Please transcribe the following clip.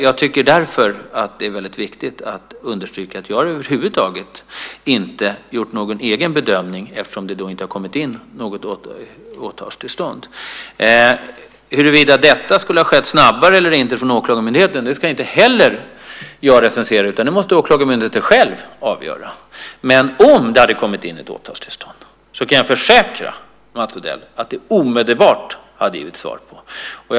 Jag tycker att det är väldigt viktigt att understryka detta: Jag har över huvud taget inte gjort någon egen bedömning eftersom det inte har kommit in något förslag om åtalstillstånd. Huruvida detta skulle ha skett snabbare eller inte från Åklagarmyndigheten ska inte heller jag recensera, utan det måste Åklagarmyndigheten själv avgöra. Om det hade kommit in en fråga om åtalstillstånd kan jag försäkra Mats Odell att det omedelbart hade givits ett svar.